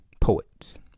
poets